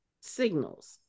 signals